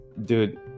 Dude